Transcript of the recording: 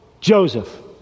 joseph